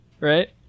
Right